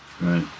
Right